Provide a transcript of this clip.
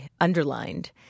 underlined